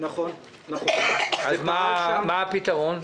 מה הפתרון?